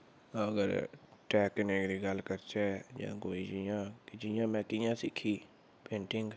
अगर टैकनीक दी गल्ल करचै जां कोई इ'यां जि'यां में कि'यां सिक्खी पेंटिंग